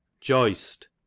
Joist